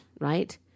right